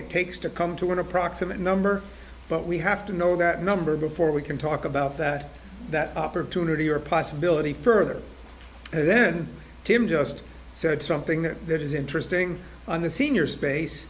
it takes to come to an approximate number but we have to know that number before we can talk about that that opportunity or possibility further and then tim just said something that is interesting on the senior space